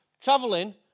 traveling